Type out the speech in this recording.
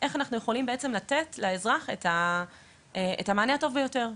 איך אנחנו יכולים בעצם לתת לאזרח את המענה הטוב ביותר,